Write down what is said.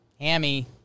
Hammy